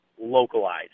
localized